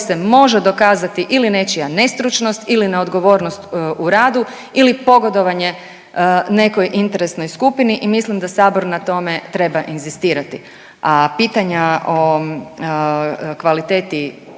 se može dokazati ili nečija nestručnost ili neodgovornost u radu ili pogodovanje nekoj interesnoj skupini i mislim da sabor na tome treba inzistirati, a pitanja o kvaliteti